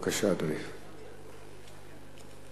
בבקשה, אדוני.